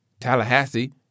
Tallahassee